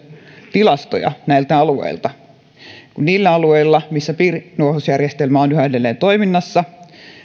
tilastoja näiltä alueilta niin niillä alueilla missä piirinuohousjärjestelmä on yhä edelleen toiminnassa